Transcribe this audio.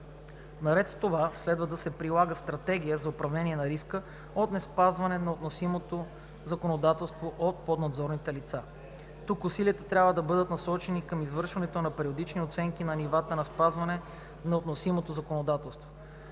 Наред с това следва да се прилага стратегия за управление на риска от неспазване на относимото законодателство от поднадзорните лица. Тук усилията трябва да бъдат насочени към извършването на периодични оценки на нивата на спазване на относимото законодателство;